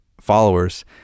followers